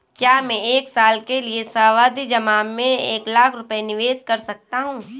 क्या मैं एक साल के लिए सावधि जमा में एक लाख रुपये निवेश कर सकता हूँ?